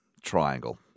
triangle